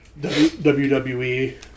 WWE